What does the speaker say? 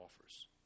offers